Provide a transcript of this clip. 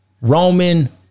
Roman